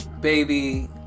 Baby